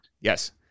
Yes